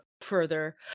further